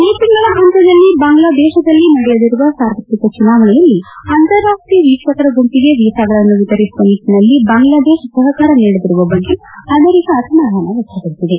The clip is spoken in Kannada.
ಈ ತಿಂಗಳ ಅಂತ್ಯದಲ್ಲಿ ಬಾಂಗ್ಲಾದೇಶದಲ್ಲಿ ನಡೆಯಲಿರುವ ಸಾರ್ವತ್ರಿಕ ಚುನಾವಣೆಯಲ್ಲಿ ಅಂತಾರಾಷ್ಷೀಯ ವೀಕ್ಷಕರ ಗುಂಪಿಗೆ ವೀಸಾಗಳನ್ನು ವೀತರಿಸುವ ನಿಟ್ಲನಲ್ಲಿ ಬಾಂಗ್ಲಾದೇತ ಸಹಕಾರ ನೀಡದಿರುವ ಬಗ್ಗೆ ಅಮೆರಿಕ ಅಸಮಾಧಾನ ವ್ಯಕ್ತಿಪಡಿಸಿದೆ